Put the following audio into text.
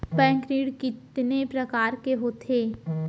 Bank ऋण कितने परकार के होथे ए?